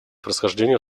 происхождения